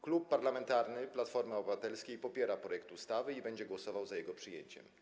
Klub Parlamentarny Platforma Obywatelska popiera projekt ustawy i będzie głosował za jego przyjęciem.